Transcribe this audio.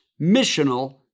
missional